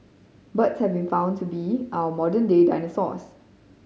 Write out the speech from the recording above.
birds have been found to be our modern day dinosaurs